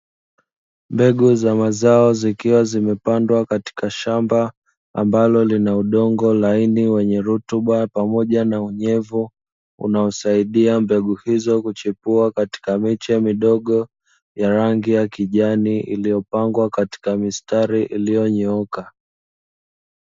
Mbegu za mazao zikiwa zimepandwa katika shamba ambalo lina udongo laini wenye rutuba pamoja na unyevu, unaosaidia mbegu hizo kuchipua katika miche midogo ya rangi ya kijani iliyopangwa katika mistari iliyonyooka.